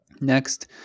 Next